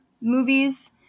movies